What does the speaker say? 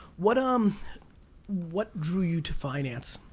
what ah um what drew you to finance?